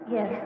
Yes